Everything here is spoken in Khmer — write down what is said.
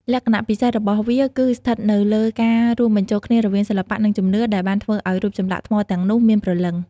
លក្ខណៈពិសេសរបស់វាគឺស្ថិតនៅលើការរួមបញ្ចូលគ្នារវាងសិល្បៈ និងជំនឿ ដែលបានធ្វើឲ្យរូបចម្លាក់ថ្មទាំងនោះមានព្រលឹង។